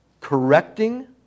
correcting